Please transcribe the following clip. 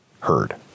heard